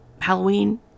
Halloween